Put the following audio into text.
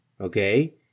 okay